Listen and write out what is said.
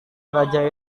raja